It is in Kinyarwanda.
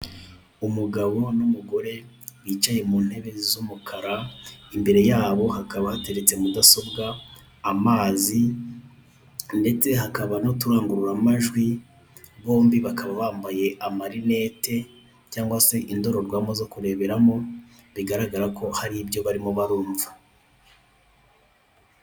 Umugabo n'umugore bicaye mu ntebe z'umukara, imbere yabo hakaba hateretse mudasobwa, amazi ndetse hakaba n'utuyungururamajwi. Bombi bambaye amalineti cyangwa se indorerwamo zo kireberamo, bigaragara ko haribyo barimo barumva.